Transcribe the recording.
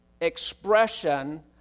expression